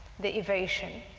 the evasion,